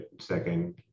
second